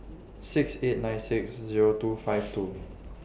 six eight nine six Zero two five two